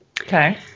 Okay